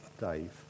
Dave